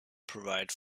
provide